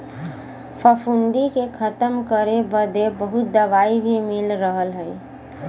फफूंदी के खतम करे बदे बहुत दवाई भी मिल रहल हई